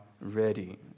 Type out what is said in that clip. ready